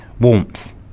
Warmth